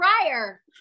prior